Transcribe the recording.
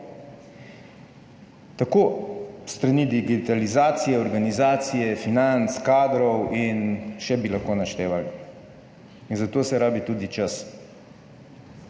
tako s strani digitalizacije, organizacije, financ, kadrov in še bi lahko naštevali in za to se rabi tudi čas.